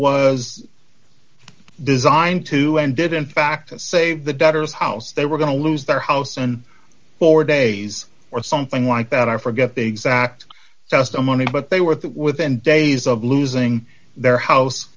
was designed to end did in fact say the debtors house they were going to lose their house and four days or something like that i forget the exact testimony but they were within days of losing their house